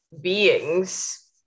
beings